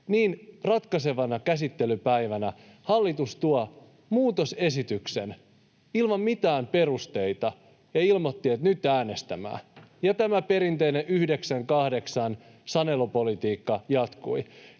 ja ratkaisevana käsittelypäivänä hallitus toi muutosesityksen ilman mitään perusteita ja ilmoitti, että nyt äänestämään, ja tämä perinteinen 9—8-sanelupolitiikka jatkui.